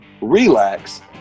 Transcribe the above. relax